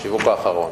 השיווק האחרון